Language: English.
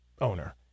owner